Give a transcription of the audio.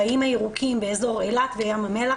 באיים הירוקים באזור אילת וים המלח,